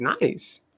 nice